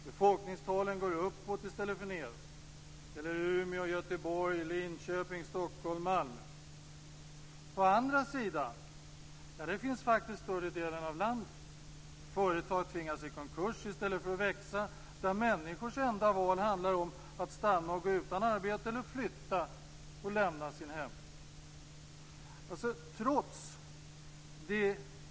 Befolkningstalen går uppåt i stället för nedåt. Det gäller Umeå, Göteborg, Linköping, Stockholm och Malmö. Andra sidan består av större delen av övriga landet. Företag tvingas i konkurs i stället för att växa. Människors enda val handlar om att stanna och gå utan arbete eller att lämna sin hembygd.